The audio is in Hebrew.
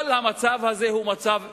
כל המצב הזה הוא מצב מאולץ,